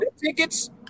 Tickets